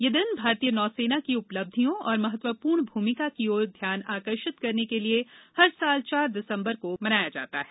यह दिन भारतीय नौसेना की उपलब्धियों और महतबपूर्ण भ्रमिका की ओर ध्यान आकर्षित करने के लिए हर साल चार दिसंबर को बनाया है